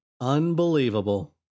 unbelievable